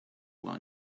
while